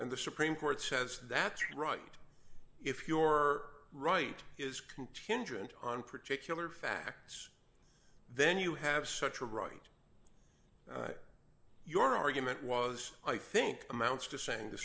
and the supreme court says that's right if your right is contingent on particular facts then you have such a right your argument was i think amounts to saying the